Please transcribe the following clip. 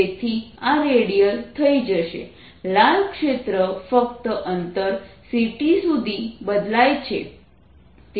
તેથી આ રેડિયલ થઈ જશે લાલ ક્ષેત્ર ફક્ત અંતર c t સુધી લંબાય છે